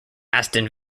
aston